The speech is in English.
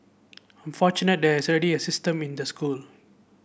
I'm fortunate there is already a system in the school